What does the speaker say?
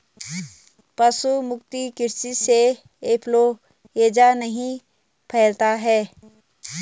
पशु मुक्त कृषि से इंफ्लूएंजा नहीं फैलता है